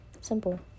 Simple